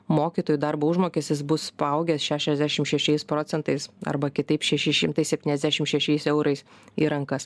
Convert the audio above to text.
mokytojų darbo užmokestis bus paaugęs šešiasdešim šešiais procentais arba kitaip šeši šimtai septyniasdešim šešiais eurais į rankas